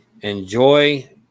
Enjoy